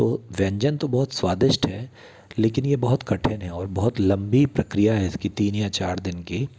तो व्यंजन तो बहुत स्वादिष्ट है लेकिन ये बहुत कठिन है और बहुत लंबी प्रक्रिया है इसकी तीन या चार दिन की